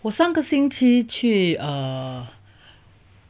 我上个星期去 err